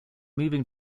moving